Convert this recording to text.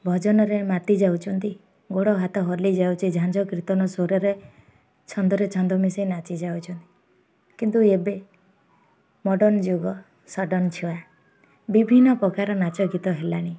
ଭଜନରେ ମାତି ଯାଉଛନ୍ତି ଗୋଡ଼ ହାତ ହୋଲି ଯାଉଛ ଝାଜ କୀର୍ତ୍ତନ ସ୍ୱରରେ ଛନ୍ଦରେ ଛନ୍ଦ ମିଶେଇ ନାଚି ଯାଉଛନ୍ତି କିନ୍ତୁ ଏବେ ମଡ଼ର୍ନ ଯୁଗ ସଡନ୍ ଛୁଆ ବିଭିନ୍ନ ପ୍ରକାର ନାଚ ଗୀତ ହେଲାଣି